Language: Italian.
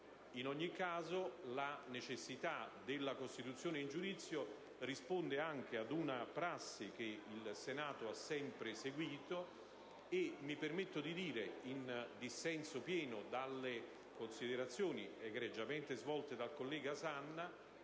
In ogni caso, la necessità della costituzione in giudizio risponde anche ad una prassi che il Senato ha sempre seguito. Mi permetto di dire, in dissenso pieno dalle considerazioni egregiamente svolte dal collega Sanna,